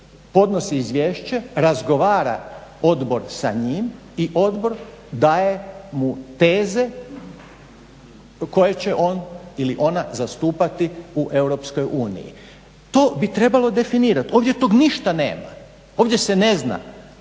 podnosi izvješće, razgovara odbor sa njim i odbor daje mu teze koje će on ili ona zastupati u EU. To bi trebalo definirati. Ovdje tog ništa nema. Ovdje se ne zna